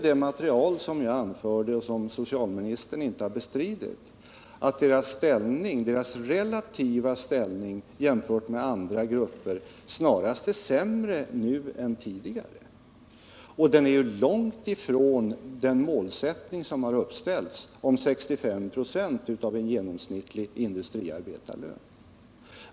Det material som jag hänvisade till och som socialministern inte har bestritt visar, att deras ställning i förhållande till andra grupper snarast är sämre nu än tidigare. Den är också långt ifrån den uppställda målsättningen om 65 926 av en genomsnittlig industriarbetarlön.